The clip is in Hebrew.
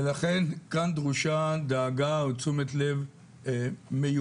ולכן כאן דרושה דאגה או תשומת לב מיוחדת.